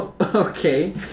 Okay